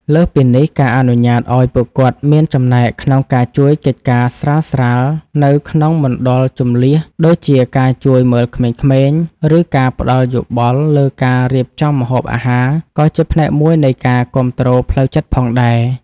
លើសពីនេះ ការអនុញ្ញាតឱ្យពួកគាត់មានចំណែកក្នុងការជួយកិច្ចការស្រាលៗនៅក្នុងមជ្ឈមណ្ឌលជម្លៀស ដូចជាការជួយមើលក្មេងៗ ឬការផ្ដល់យោបល់លើការរៀបចំម្ហូបអាហារ ក៏ជាផ្នែកមួយនៃការគាំទ្រផ្លូវចិត្តផងដែរ។